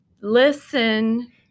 listen